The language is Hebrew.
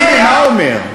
טיבי, מה הוא אומר?